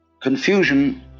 Confusion